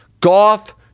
Goff